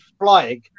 flying